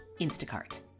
Instacart